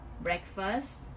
breakfast